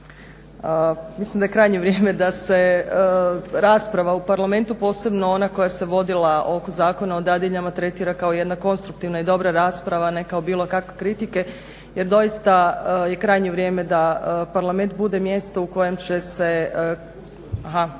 Mislim da je krajnje vrijeme da se rasprava u Parlamentu posebno ona koja se vodila oko Zakona o dadiljama tretira kao jedna konstruktivna i dobra rasprava ne kao bilo kakve kritike jer doista je krajnje vrijeme da Parlament bude mjesto u kojem će se,